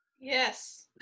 Yes